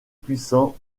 puissant